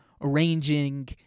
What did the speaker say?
arranging